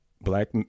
black